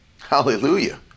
Hallelujah